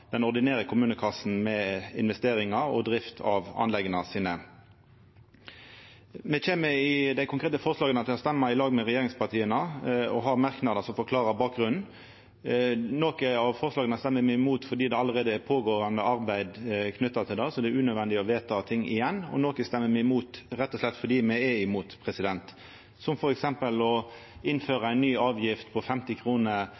den ordinære kommunekassa med, med investeringar og drift av anlegga sine. Me kjem i dei konkrete forslaga til å røysta i lag med regjeringspartia og har merknader som forklarar bakgrunnen. Nokre av forslaga røyster me mot fordi det allereie er eit pågåande arbeid knytt til det, så det er unødvendig å vedta det igjen. Noko røyster me imot rett og slett fordi me er imot, som f.eks. å